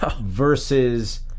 versus